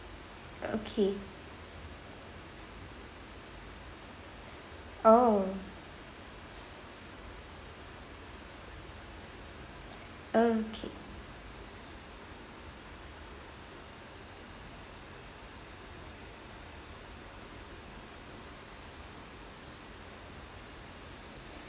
okay oh okay